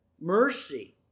mercy